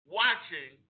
watching